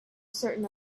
certain